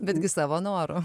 betgi savo noru